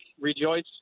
Rejoice